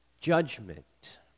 judgment